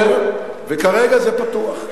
חלוקת העושר, וכרגע זה פתוח.